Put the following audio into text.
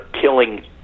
killing